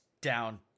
down